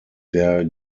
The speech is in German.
der